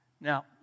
Now